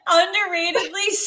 underratedly